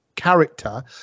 character